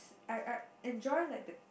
I I enjoy like the